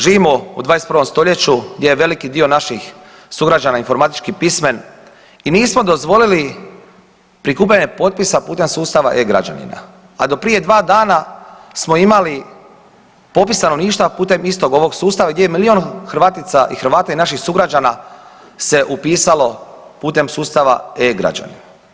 Živimo u 21. st. gdje je veliki dio naših sugrađana informatički pismen i nismo dozvolili prikupljanje potpisa putem sustava e-Građanina, a do prije 1 dana smo imali popis stanovništva putem istog ovog sustava gdje je milijun Hrvatica i Hrvata i naših sugrađana se upisalo putem sustava e-Građani.